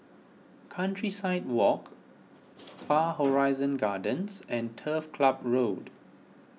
Countryside Walk Far Horizon Gardens and Turf Club Road